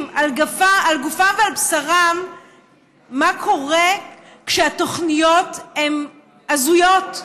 על גופם ועל בשרם מה קורה כשהתוכניות הן הזויות,